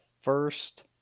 first